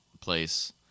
place